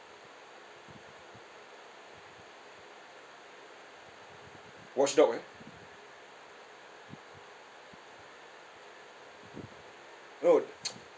watchdog eh no